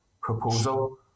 proposal